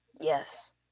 Yes